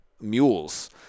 mules